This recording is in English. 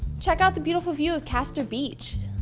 check out the beautiful view of castor beach.